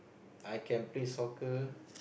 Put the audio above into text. I can play soccer